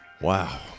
Wow